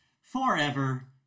Forever